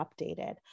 updated